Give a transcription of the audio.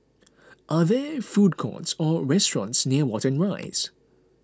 are there food courts or restaurants near Watten Rise